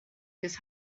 his